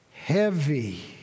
Heavy